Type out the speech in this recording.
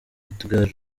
edgar